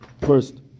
first